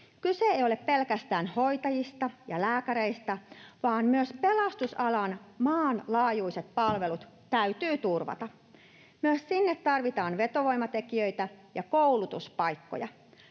Kyse ei ole pelkästään hoitajista ja lääkäreistä, vaan myös pelastusalan maanlaajuiset palvelut täytyy turvata. Myös sinne tarvitaan vetovoimatekijöitä ja koulutuspaikkoja.